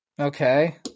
Okay